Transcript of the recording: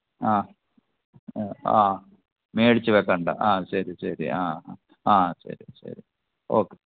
ആ ആ മേടിച്ച് വെക്കണ്ട ആ ശരി ശരി ആ ആ ശരി ശരി ഓക്കെ